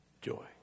joy